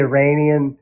Iranian